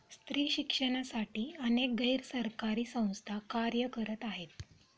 स्त्री शिक्षणासाठी अनेक गैर सरकारी संस्था कार्य करत आहेत